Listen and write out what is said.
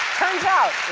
turns out